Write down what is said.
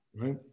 Right